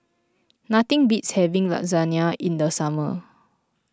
nothing beats having Lasagne in the summer